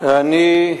אני,